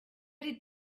did